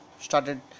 started